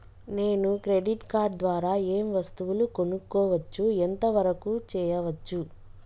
నేను credit card ద్వారా ఏం వస్తువులు కొనుక్కోవచ్చు ఎంత వరకు చేయవచ్చు?